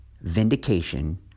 Vindication